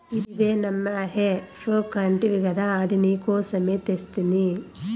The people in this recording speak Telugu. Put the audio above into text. ఇదే నమ్మా హే ఫోర్క్ అంటివి గదా అది నీకోసమే తెస్తిని